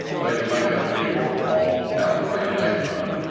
they can make up any shortfalls out of the rainy day fund.